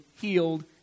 healed